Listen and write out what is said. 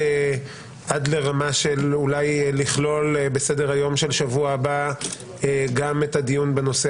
עד לרמה של אולי לכלול בסדר-היום של השבוע הבא גם את הדיון בנושא